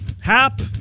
Hap